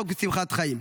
צחוק ושמחת חיים.